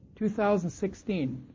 2016